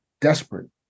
desperate